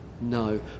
no